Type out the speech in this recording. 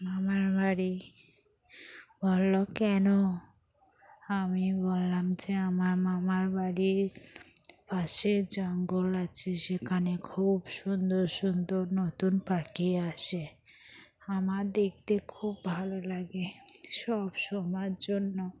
মামার বাড়ি বলল কেন আমি বললাম যে আমার মামার বাড়ির পাশে জঙ্গল আছে সেখানে খুব সুন্দর সুন্দর নতুন পাখি আসে আমার দেখতে খুব ভালো লাগে সবসময়ের জন্য